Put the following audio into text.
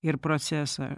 ir procesą